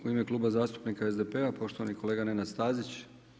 U ime Kluba zastupnika SDP-a, poštovani kolega Nenad Stazić.